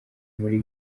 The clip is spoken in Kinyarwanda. muri